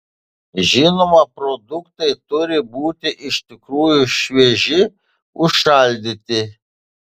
žinoma produktai turi būti iš tikrųjų švieži užšaldyti